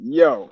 yo